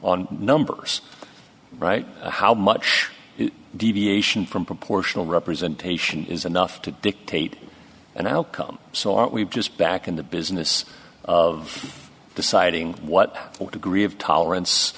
on numbers right how much deviation from proportional representation is enough to dictate an outcome so are we just back in the business of deciding what degree of tolerance